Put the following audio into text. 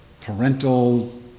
parental